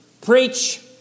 Preach